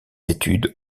études